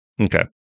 Okay